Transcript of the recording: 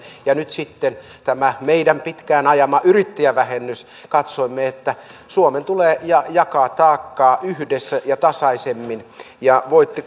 ja että nyt on sitten tämä meidän pitkään ajamamme yrittäjävähennys katsoimme että suomen tulee jakaa taakkaa yhdessä ja tasaisemmin ja voitte